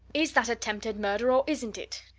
is that attempted murder, or isn't it?